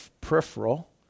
peripheral